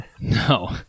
No